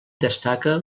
destaca